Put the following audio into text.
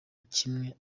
kimwe